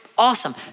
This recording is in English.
awesome